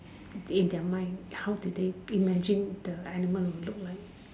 in their mind how did they imagine the animal will look like